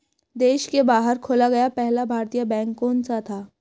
देश के बाहर खोला गया पहला भारतीय बैंक कौन सा था?